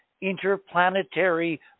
interplanetary